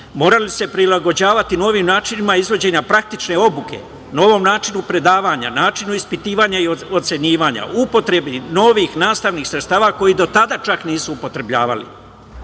morali su se prilagođavati novim načinima izvođenja praktične obuke, novom načinu predavanja i načinu ispitivanja i ocenjivanja, upotrebi novih nastavnih sredstava, koji do tada nisu čak upotrebljavali. Dakle,